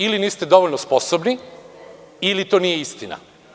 Ili niste dovoljno sposobni, ili to nije istina.